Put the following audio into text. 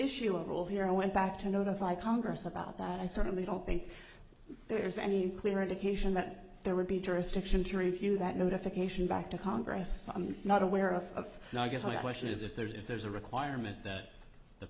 issue a role here i went back to notify congress about that i certainly don't think there's any clear indication that there would be jurisdiction to review that notification back to congress i'm not aware of and i guess my question is if there's if there's a requirement that the